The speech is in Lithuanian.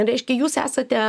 reiškia jūs esate